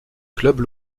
clubs